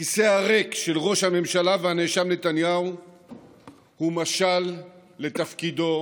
הכיסא הריק של ראש הממשלה והנאשם נתניהו הוא משל לתפקידו